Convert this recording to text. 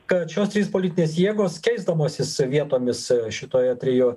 kad šios trys politinės jėgos keisdamosis vietomis šitoje trijų